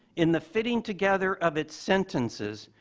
in the fitting together of its sentences,